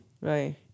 right